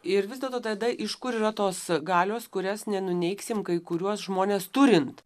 ir vis dėlto tada iš kur yra tos galios kurias nenuneigsim kai kuriuos žmones turint